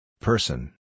Person